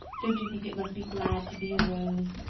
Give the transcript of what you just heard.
don't you think it must be glad to be a rose?